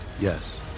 Yes